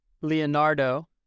Leonardo